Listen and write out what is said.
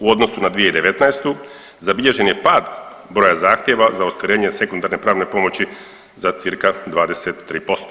U odnosu na 2019. zabilježen je pad broja zahtjeva za ostvarenje sekundarne pravne pomoći za cca 23%